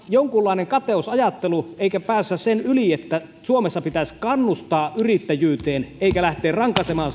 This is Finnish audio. jonkinlaista kateusajattelua eikä päästä sen yli että suomessa pitäisi kannustaa yrittäjyyteen eikä lähteä rankaisemaan